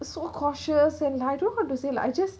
so cautious eand I don't know how to say lah I just